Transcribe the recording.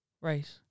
Right